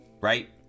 right